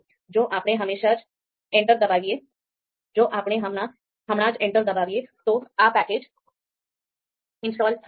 જો આપણે હમણાં જ enter દબાવીએ તો આ પેકેજ ઇન્સ્ટોલ થઈ જશે